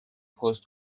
پست